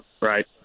Right